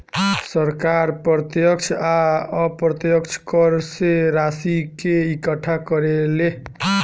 सरकार प्रत्यक्ष आ अप्रत्यक्ष कर से राशि के इकट्ठा करेले